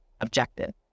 objective